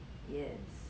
yes